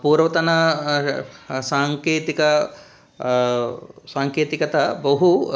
पूर्वतनः साङ्केतिकः साङ्केतिकता बहु